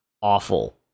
awful